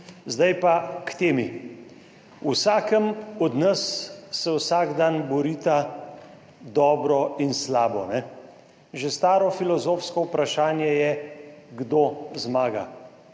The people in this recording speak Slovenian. Zdaj pa k temi. V vsakem od nas se vsak dan borita dobro in slabo. Že staro filozofsko vprašanje je, kdo zmaga.